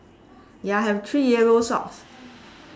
ya have three yellow socks